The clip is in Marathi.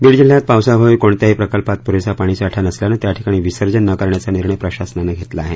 बीड जिल्ह्यात पावसाअभावी कोणत्याही प्रकल्पात पुरेसा पाणीसाठा नसल्यानं त्याठिकाणी विसर्जन न करण्याचा निर्णय प्रशासनानं घेतला आहे